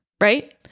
right